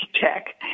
check